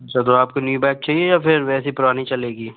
अच्छा तो आपको न्यू बाइक चाहिए या वैसी पुरानी चलेगी